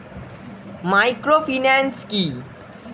Microfinance কি?